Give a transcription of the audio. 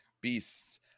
Beasts